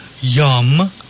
yum